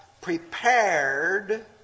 prepared